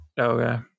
Okay